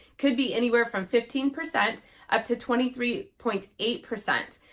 could be anywhere from fifteen percent up to twenty three point eight percent.